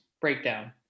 breakdown